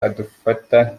adufata